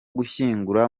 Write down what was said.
gushyingura